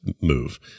move